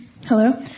Hello